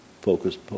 focused